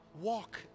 walk